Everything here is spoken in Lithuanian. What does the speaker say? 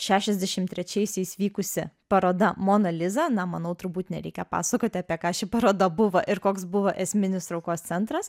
šešiasdešim trečiaisiais vykusi paroda mona liza na manau turbūt nereikia pasakoti apie ką ši paroda buvo ir koks buvo esminis traukos centras